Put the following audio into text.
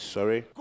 Sorry